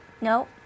no